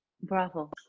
Bravo